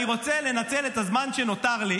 אני רוצה לנצל את הזמן שנותר לי